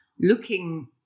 looking